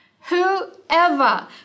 whoever